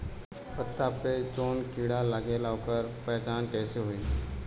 पत्ता पर जौन कीड़ा लागेला ओकर पहचान कैसे होई?